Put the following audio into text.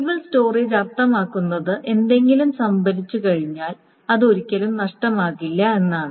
stable storage അർത്ഥമാക്കുന്നത് എന്തെങ്കിലും സംഭരിച്ചുകഴിഞ്ഞാൽ അത് ഒരിക്കലും നഷ്ടമാകില്ല എന്നാണ്